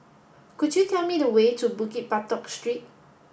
could you tell me the way to Bukit Batok Street